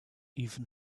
even